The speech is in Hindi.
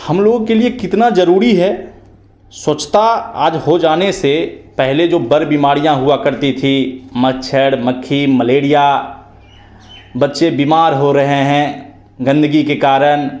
हम लोगों के लिए कितना जरुरी है स्वच्छता आज हो जाने से पहले जो बड़ी बीमारियाँ हुआ करती थी मच्छर मक्खी मलेरिया बच्चे बीमार हो रहें हैं गंदगी के कारण